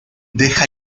deja